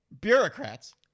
Bureaucrats